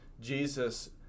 jesus